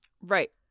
Right